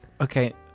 Okay